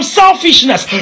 selfishness